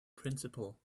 principle